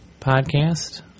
podcast